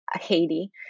Haiti